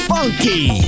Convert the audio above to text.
Funky